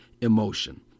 emotion